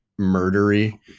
murdery